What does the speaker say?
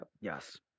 Yes